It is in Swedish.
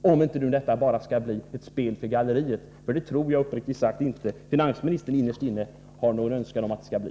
För det skall väl inte bara bli ett spel för galleriet? Det tror jag uppriktigt sagt inte att finansministern innerst inne har någon önskan om att det skall bli.